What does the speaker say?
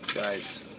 Guys